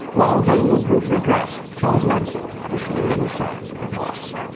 while they live with regret, charles manson never showed any sign of remorse.